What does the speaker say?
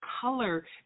color